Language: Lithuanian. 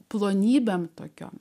plonybę tokio